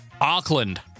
Auckland